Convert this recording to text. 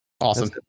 Awesome